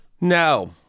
No